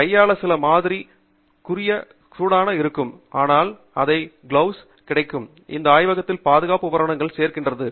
கையாள சில மாதிரி சிறிய சூடான இருக்கும் ஆனால் இந்த கையுறைகள் கிடைக்கும் இது ஆய்வகத்தில் பாதுகாப்பு உபகரணங்களை சேர்க்கிறது